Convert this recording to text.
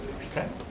okay,